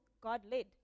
God-led